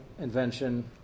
invention